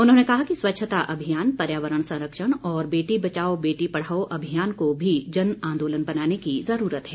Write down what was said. उन्होंने कहा कि स्वच्छता अभियान पर्यावरण संरक्षण और बेटी बचाओ बेटी पढ़ाओ अभियान को भी जन आंदोलन बनाने की ज़रूरत है